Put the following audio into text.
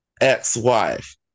ex-wife